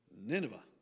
Nineveh